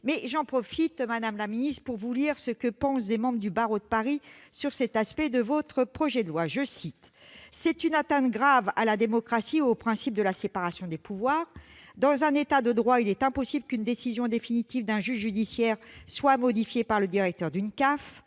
présentation, madame la ministre, pour vous faire part de l'avis des membres du barreau de Paris sur cet aspect de votre projet de loi :« C'est une atteinte grave à la démocratie et au principe de la séparation des pouvoirs. Dans un État de droit, il est impossible qu'une décision définitive d'un juge judiciaire soit modifiée par le directeur d'une CAF.